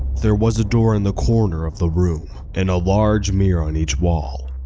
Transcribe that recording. there was a door in the corner of the room and a large mirror on each wall.